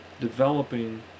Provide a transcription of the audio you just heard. developing